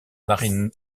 marine